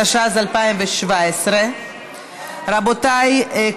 התשע"ז 2017. רבותיי,